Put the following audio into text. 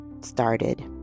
started